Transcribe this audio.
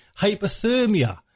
hypothermia